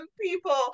people